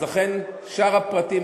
לכן שאר הפרטים,